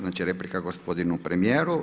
Znači, replika gospodinu premijeru.